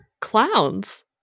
clowns